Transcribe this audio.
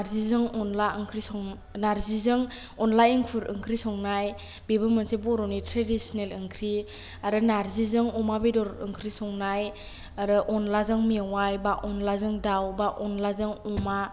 नार्जिजों अनला ओंख्रि सं नार्जिजों अनला एंखुर ओंख्रि संनाय बेबो मोनसे बर'नि ट्रेडिसनेल ओंख्रि आरो नार्जिजों अमा बेदर ओंख्रि संनाय आरो अनलाजों मेउवाइ बा अनलाजों दाउ बा अनलाजों अमा